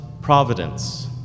providence